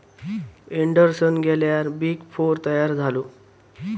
Anderson गेल्यार big four तयार झालो